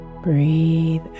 Breathe